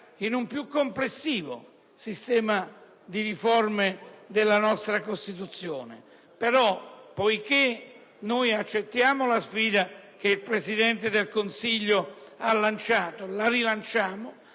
in un più complessivo sistema di riforme della nostra Costituzione. Accettiamo la sfida del Presidente del Consiglio e anzi la rilanciamo,